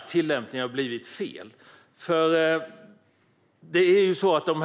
Tillämpningen har som sagt blivit fel.